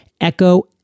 echo